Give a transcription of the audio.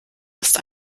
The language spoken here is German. ist